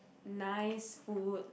nice food